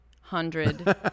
hundred